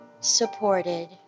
supported